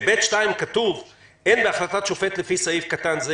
ב-(ב2) כתוב: "אין בהחלטת שופט לפי סעיף קטן זה,